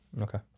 okay